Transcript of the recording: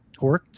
torqued